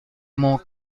more